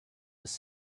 was